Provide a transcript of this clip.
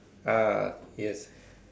ah yes